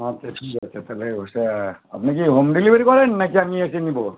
আচ্ছা ঠিক আছে তাহালে ওটা আপনি কি হোম ডেলিভারি করেন না কি আমি এসে নেব